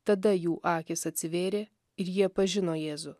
tada jų akys atsivėrė ir jie pažino jėzų